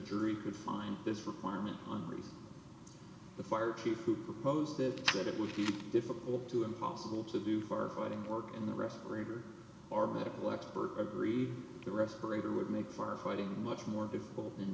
injury could find this requirement on reason the fire chief who proposed it said it would be difficult to impossible to do fire fighting or in the respirator our medical expert agreed to respirator would make fire fighting much more difficult